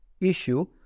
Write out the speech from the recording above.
issue